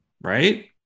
right